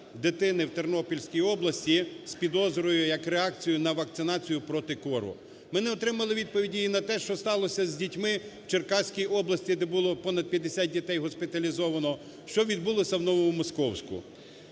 дитини в Тернопільській області з підозрою як реакцію на вакцинацію проти кору. Ми не отримали відповіді і на те, що сталося з дітьми в Черкаській області, де було понад п'ятдесят дітей госпіталізовано, що відбулося в Новомосковську.